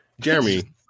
Jeremy